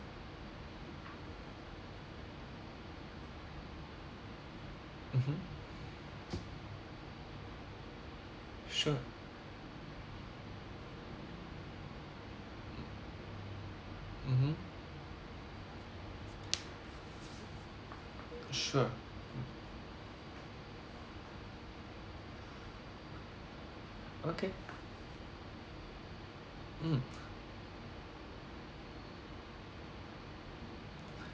mmhmm sure mmhmm sure okay mm